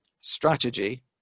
strategy